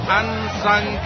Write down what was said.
unsung